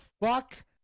fuck